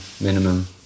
minimum